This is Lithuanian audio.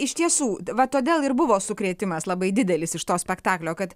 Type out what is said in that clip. iš tiesų va todėl ir buvo sukrėtimas labai didelis iš to spektaklio kad